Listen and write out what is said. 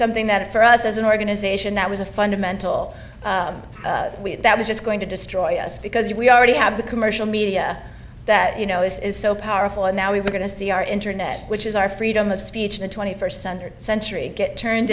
something that for us as an organization that was a fundamental that was just going to destroy us because we already have the commercial media that you know is is so powerful and now we're going to see our internet which is our freedom of speech in the twenty first sundered century it turned